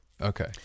Okay